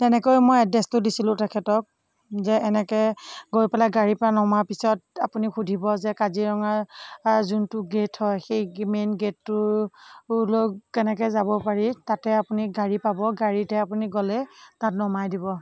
তেনেকৈ মই এড্ৰেছটো দিছিলোঁ তেখেতক যে এনেকৈ গৈ পেলাই গাড়ীৰ পৰা নমাৰ পিছত আপুনিও সুধিব যে কাজিৰঙা যোনটো গেট হয় সেই মেইন গেটটোৰ তোৰলৈ কেনেকৈ যাব পাৰি তাতে আপুনি গাড়ী পাব গাড়ীতে আপুনি গ'লে তাত নমাই দিব